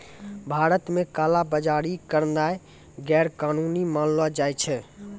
भारत मे काला बजारी करनाय गैरकानूनी मानलो जाय छै